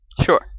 sure